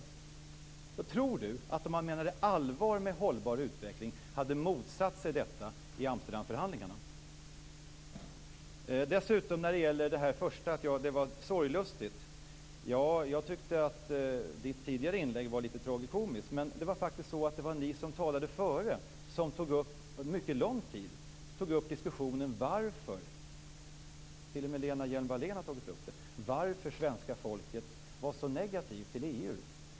Tror Magnus Johansson att man, om man menade allvar med hållbar utveckling, hade motsatt sig detta i Amsterdamförhandlingarna? Om min inledning var sorglustig, tyckte jag att Magnus Johanssons tidigare inlägg var tragikomiskt. Men det var ni som först tog upp - t.o.m. Lena Hjelm Wallén tog upp det - och under lång tid diskuterade varför svenska folket var så negativt till EU.